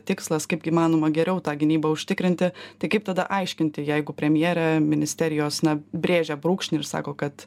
tikslas kaip įmanoma geriau tą gynybą užtikrinti tai kaip tada aiškinti jeigu premjerė ministerijos na brėžia brūkšnį ir sako kad